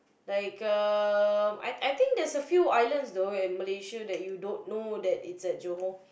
like um I I think there's a few islands though in Malaysia that you don't know that it's at Johor